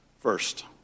First